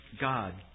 God